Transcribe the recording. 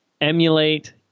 emulate